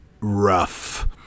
rough